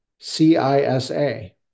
CISA